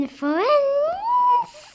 friends